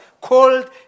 called